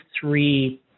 three